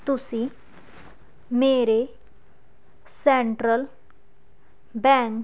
ਤੁਸੀਂ ਮੇਰੇ central bank